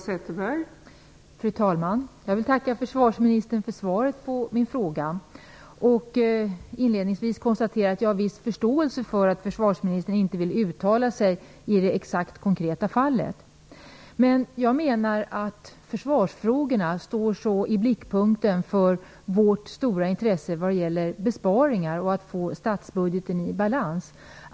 Fru talman! Jag vill tacka försvarsministern för svaret på min fråga. Inledningsvis kan jag konstatera att jag har viss förståelse för att försvarsministern inte vill uttala sig i det konkreta fallet. Jag menar dock att försvarsfrågorna befinner sig i blickpunkten när det gäller vårt stora intresse för besparingar och av att få statsbudgeten i balans.